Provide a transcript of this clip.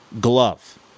glove